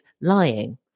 lying